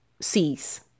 sees